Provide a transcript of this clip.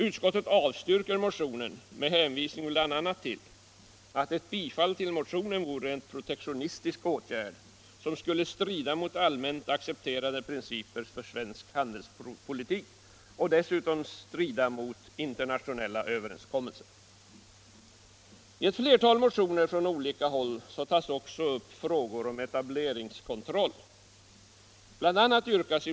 Utskottet avstyrker motionen med hänvisning bl.a. till att ett bifall till motionen vore en protektionistisk åtgärd, som skulle strida mot allmänt accepterade principer för svensk handelspolitik och mot internationella överenskommelser. I ett flertal motioner från olika håll tas upp frågor om etableringskontroll.